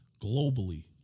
globally